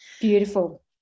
Beautiful